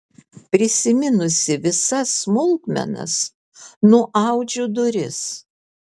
prisiminusi visas smulkmenas nuaudžiau duris